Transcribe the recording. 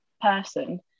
person